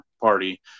party